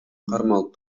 кармалып